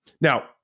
Now